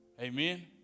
Amen